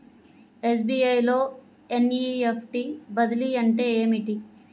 SBI లో NEFT బదిలీ అంటే ఏమిటి?